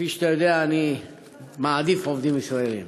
כפי שאתה יודע, אני מעדיף עובדים ישראלים.